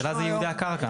השאלה זה ייעודי הקרקע.